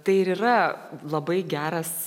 tai ir yra labai geras